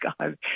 god